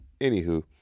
anywho